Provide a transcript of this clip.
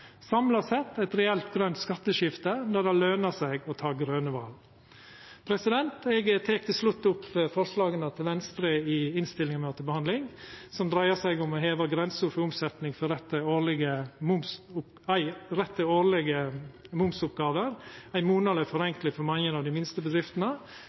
samla sett eit reelt grønt skatteskifte der det løner seg å ta grøne val. Eg tek til slutt opp forslaga til Venstre i innstillinga me har til behandling, som dreier seg om å heva grensa for omsetning for rett til årlege momsoppgåver, ei monaleg forenkling for mange av dei minste bedriftene,